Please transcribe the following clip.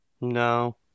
No